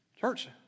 Church